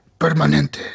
Permanente